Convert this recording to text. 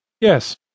Yes